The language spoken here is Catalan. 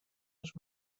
els